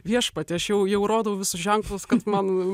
viešpatie aš jau jau rodo visus ženklus kad man